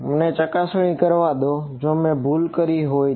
મને ચકાસણી કરવા દો જો મેં ભૂલ કરી હોય તો